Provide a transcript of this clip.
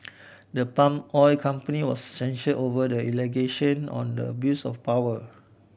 the palm oil company was censure over the allegation on the abuse of power